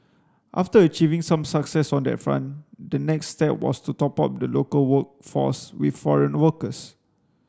after achieving some success on that front the next step was to top up the local workforce with foreign workers